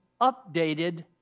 updated